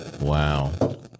Wow